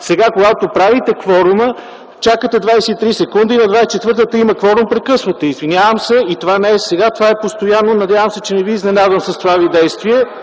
сега, когато правите кворума, чакате 23 секунди и на 24-та има кворум, прекъсвате. Извинявам се, това не е само сега. Това е постоянно. Надявам се, че не Ви изненадвам с това ви действие. (Шум и реплики.)